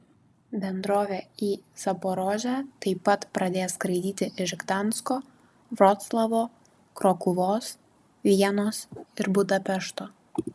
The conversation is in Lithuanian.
bendrovė į zaporožę taip pat pradės skraidyti iš gdansko vroclavo krokuvos vienos ir budapešto